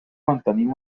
mantenim